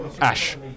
Ash